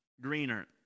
greener